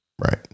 Right